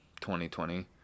2020